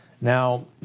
Now